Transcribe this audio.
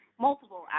multiple